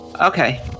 Okay